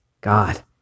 God